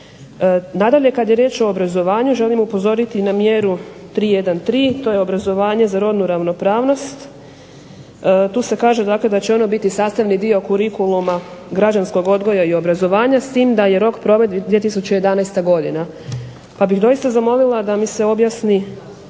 Nadalje, kad je riječ o obrazovanju želim upozoriti na mjeru 313. – to je obrazovanje za rodnu ravnopravnost. Tu se kaže dakle da će ono biti sastavni dio curiculluma građanskog odgoja i obrazovanja s tim da je rok provedbi 2011. godina. Pa bih doista zamolila da mi se objasni